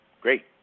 Great